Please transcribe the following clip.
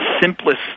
simplest